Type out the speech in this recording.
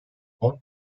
fon